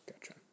Gotcha